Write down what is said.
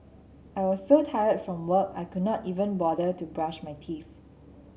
I was so tired from work I could not even bother to brush my teeth